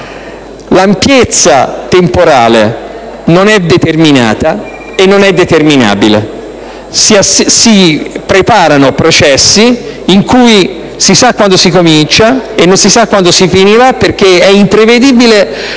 L'ampiezza temporale non è determinata e non è determinabile. Si preparano processi in cui si sa quando si comincia e non si sa quando si finirà, perché è imprevedibile